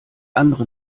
andere